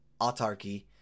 autarky